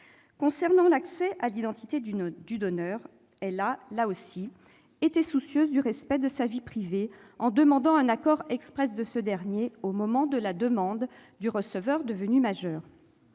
concernant l'accès à l'identité du donneur, elle a été soucieuse du respect de la vie privée, en demandant un accord exprès du donneur au moment de la demande du receveur devenu majeur.